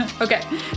Okay